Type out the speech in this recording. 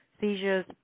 seizures